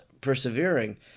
persevering